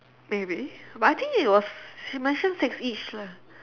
maybe but I think it was he mentioned six each leh